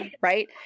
right